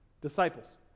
disciples